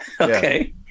Okay